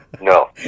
No